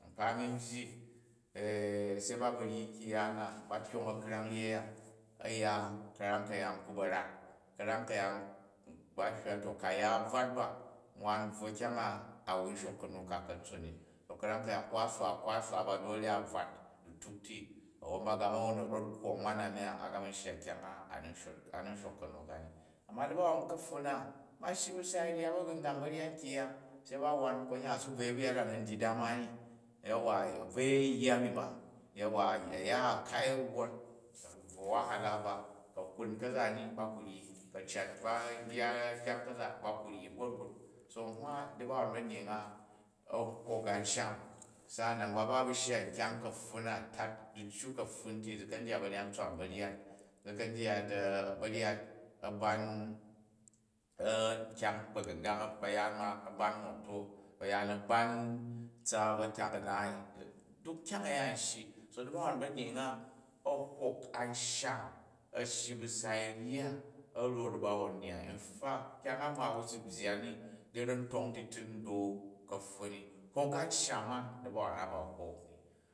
Nkpa a̱mi n gyyi se ba ba̱ ryi kyang-ya na ba tyang, a krang ryei a, a̱ ya, ka̱ram ka̱yaan ku ba̱ rat, ka̱ram ka̱yaan ba hywa to ku̱ a ya u̱ bvat ba, nwan bvwo kyang a wu n shokl kanu ka ka̱ntson ni to ka̱min ka̱yaan ko a swa ko a swa ba dole a bvat dituk ti a̱wwon ba ga wo n na̱ rot kwong nwam na myang a̱ ga ma shya kyang a ma anni shok kanu ka ni. Amma dabawon ka̱pfun na, ba shyi bu sai rya ba̱gu̱ngong ba̱njat kyang-ya se ba wan konyan a̱ si bvoi bu ya da na̱ n dyi dama ni, yanwa, a bvoi a̱ yya mi ma yauwa a̱ ni ya ba, a̱ kai a̱wwon. A̱ bvwo wahala ba, ku̱ a kun ka̱za ni ba ku ryi, ku̱ a̱ cat yya kyang ka̱za ni baku nyi gorgodo. So n hwa da̱bawon banyying a, a hok ansham, sa'anan ba ba, a bu shya nkyang kapfun na, tat diccu kapfun ti, zi ka̱n dyat ba̱ryat tswan baryat. Zi kan dya baryat abam nkiyang ba̱gungang, bayaan ma, a̱ bam nmoto ba̱yaan a̱ ban tsaap a̱tak a̱naai, duk nkyang a̱ya n shyi so dabuwon ba̱nyying a, a̱ hok amsham, a̱ shyi ba sai rya, a̱ ra̱n da̱bawon nnyyai a. In fact, kyang a ma wu si byyan ni, chira̱ntong ti, ti u da̱u kapfun ni hok amsham a da̱bawon na ba hok ni